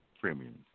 premiums